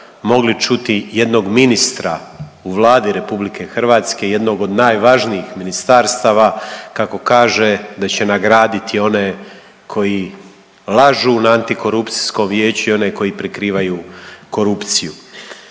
mogli čuti jednog ministra u Vladi RH, jednog od najvažnijih ministarstava kako kaže da će nagraditi one koji lažu na Antikorupcijskom vijeću i one koji prikrivaju korupciju.